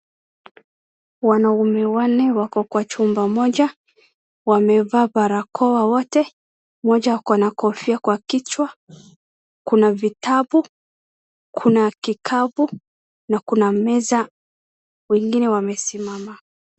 Wanaume wanne wako kwa chumba moja, wamevaa baakoa wote, moja ako na kofia kwa kichwa, kuna vitabu, kuna kikapu, na kuna meza, wengine wamesimama.